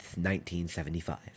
1975